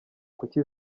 kuki